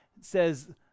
says